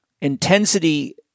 Intensity